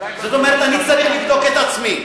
זאת אומרת שאני צריך לבדוק את עצמי?